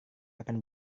akan